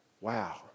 Wow